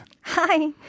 Hi